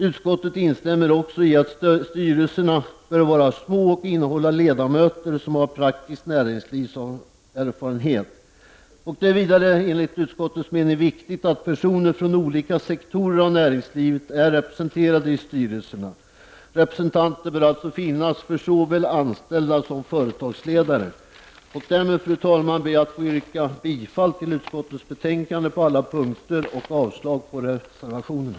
Vidare instämmer utskottsmajoriteten i att styrelserna bör vara små och ha ledamöter med praktisk näringslivserfarenhet. Det är också enligt utskottsmajoritetens mening viktigt att personer från olika sektorer av näringslivet är representerade i styrelserna. Representanter bör alltså finnas för såväl anställda som företagsledare. Därmed, fru talman, ber jag att på alla punkter få yrka bifall till utskottets hemställan och avslag på reservationerna.